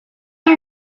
are